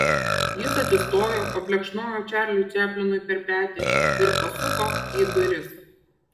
jis atsistojo paplekšnojo čarliui čaplinui per petį ir pasuko į duris